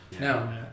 Now